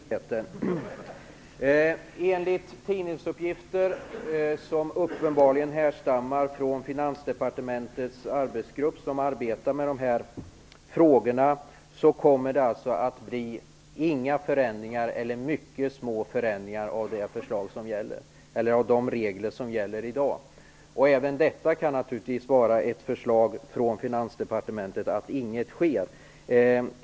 Fru talman! Jag får tacka finansministern för den nyheten. Enligt tidningsuppgifter, som uppenbarligen härstammar från en arbetsgrupp i Finansdepartementet som arbetar med dessa frågor, kommer det alltså inte att bli några förändringar alls eller mycket små förändringar av de regler som gäller i dag. Även det kan naturligtvis vara ett förslag från Finansdepartemenetet att inget sker.